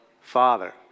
Father